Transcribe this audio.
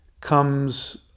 comes